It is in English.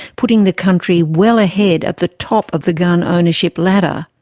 putting the country well ahead at the top of the gun ownership ladder.